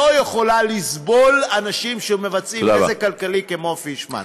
לא יכולה לסבול אנשים שמבצעים נזק כלכלי כמו פישמן.